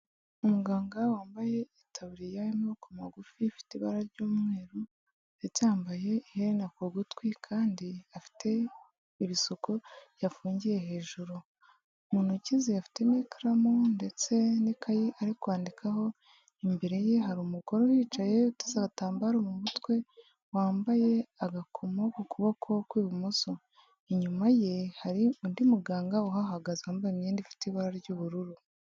Umuganga wambaye itaburiya y'amaboko magufi ifite ibara ry'umweru ndetse yambaye iherena ku gutwi kandi afite ibisuko yafungiye hejuru. Mu ntoki zi afitemo ikaramu ndetse n'ikayi ari kwandikaho, imbere ye hari umugore uhicaye uteze agatambaro mu mutwe, wambaye agakomo ku kuboko kw'ibumoso. Inyuma ye hari undi muganga uhahagaze wambaye imyenda ifite ibara ry'ubururu.